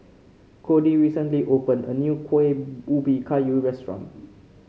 Cody recently opened a new Kueh Ubi Kayu restaurant